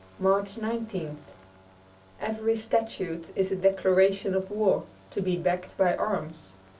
march nineteenth every statute is a declaration of war, to be backed by arms.